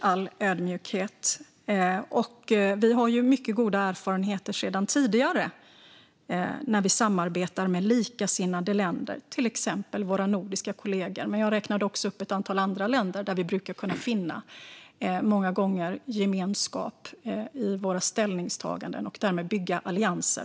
Vi har ju mycket goda erfarenheter sedan tidigare när vi samarbetar med likasinnade länder, till exempel våra nordiska kollegor. Jag räknade också upp ett antal andra länder där vi brukar kunna finna gemenskap i våra ställningstaganden och därmed bygga allianser.